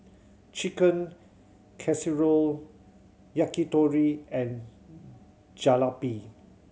Chicken Casserole Yakitori and Jalebi